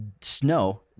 snow